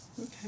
Okay